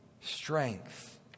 strength